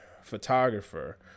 photographer